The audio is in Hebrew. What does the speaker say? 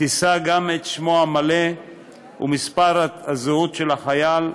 ותישא גם את שמו המלא ומספר הזהות של החייל,